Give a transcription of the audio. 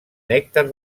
nèctar